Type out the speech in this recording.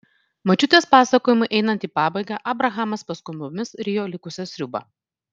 močiutės pasakojimui einant į pabaigą abrahamas paskubomis rijo likusią sriubą